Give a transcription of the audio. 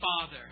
Father